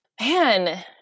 Man